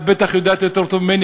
את בטח יודעת יותר טוב ממני,